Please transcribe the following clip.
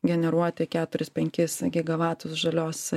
generuoti keturis penkis gigavatus žalios